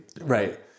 right